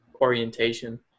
orientation